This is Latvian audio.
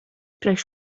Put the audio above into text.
priekš